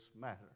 matter